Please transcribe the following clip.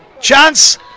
chance